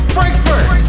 Frankfurt